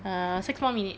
err six more minute